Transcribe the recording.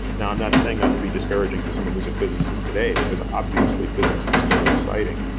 now i'm not saying that to be disparaging to someone who's a physicist today, because obviously physics is still exciting.